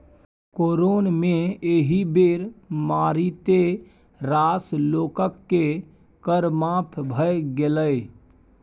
corona मे एहि बेर मारिते रास लोककेँ कर माफ भए गेलै